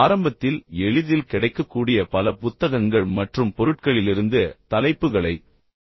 ஆரம்பத்தில் எளிதில் கிடைக்கக்கூடிய பல புத்தகங்கள் மற்றும் பொருட்களிலிருந்து தலைப்புகளைத் தயாரிக்கவும்